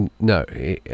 no